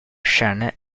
scene